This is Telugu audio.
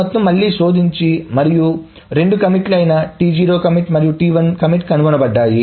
ఈ మొత్తం మళ్లీ శోధించి మరియు రెండూ కమిట్ T0 మరియు కమిట్ T1 కనుగొనబడ్డాయి